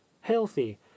healthy